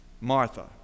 Martha